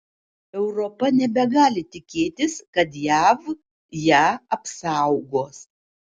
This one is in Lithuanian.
europa nebegali tikėtis kad jav ją apsaugos